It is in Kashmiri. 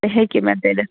ہیکہِ مےٚ کٔڑتھ